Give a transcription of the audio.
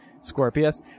Scorpius